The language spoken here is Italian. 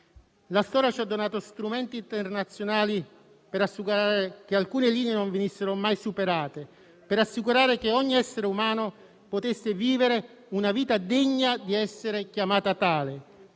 La storia ci ha donato strumenti internazionali per assicurare che alcune linee non venissero mai superate e per assicurare che ogni essere umano potesse vivere una vita degna di essere chiamata tale.